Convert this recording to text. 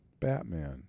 Batman